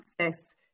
access